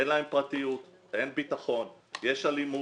אין להם פרטיות, אין ביטחון, יש אלימות.